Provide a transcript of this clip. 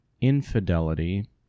infidelity